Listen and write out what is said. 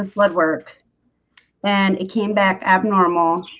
blood work and it came back abnormal